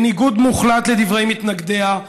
בניגוד מוחלט לדברי מתנגדיה,